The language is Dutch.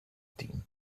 team